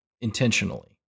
intentionally